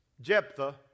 Jephthah